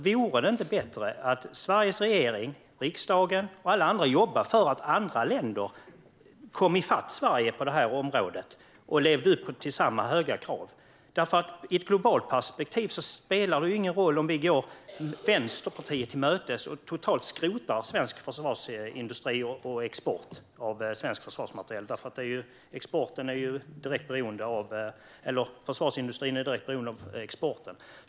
Vore det inte bättre att Sveriges regering, riksdagen och alla andra jobbade för att andra länder kom ifatt Sverige på det här området och levde upp till samma höga krav? I ett globalt perspektiv spelar det ingen roll om vi går Vänsterpartiet till mötes och totalt skrotar svensk försvarsindustri och export av svensk försvarsmateriel. Försvarsindustrin är direkt beroende av exporten.